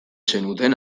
zenuten